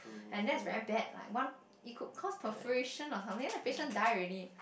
and that's very bad like one it could cause perforation or something then the patient die already